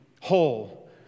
Whole